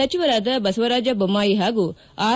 ಸಚಿವರಾದ ಬಸವರಾಜ ಬೊಮ್ಮಾಯಿ ಹಾಗೂ ಆರ್